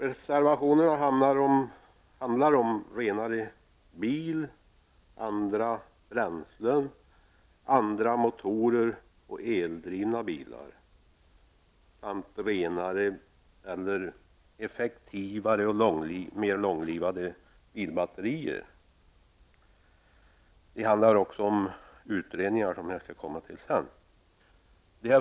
Reservationerna handlar om renare bil, miljövänliga bränslen och motorer, eldrivna bilar samt effektivare och mer långlivade bilbatterier. Man vill också att det skall tillsättas utredningar, men det skall jag komma till senare.